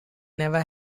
never